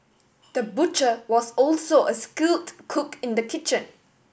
the butcher was also a skilled cook in the kitchen